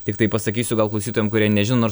tiktai pasakysiu gal klausytojam kurie nežino nors